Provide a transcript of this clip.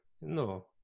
No